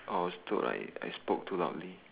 oh it's too like I spoke too loudly